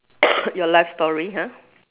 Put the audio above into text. your life story ah